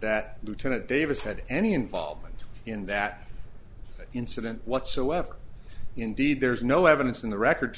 that lieutenant davis had any involvement in that incident whatsoever indeed there is no evidence in the record to